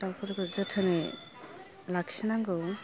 दाउफोरखौ जोथोनै लाखि नांगौ